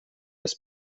bez